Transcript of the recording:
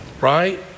right